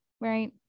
right